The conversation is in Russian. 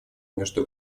между